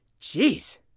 Jeez